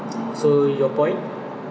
so your point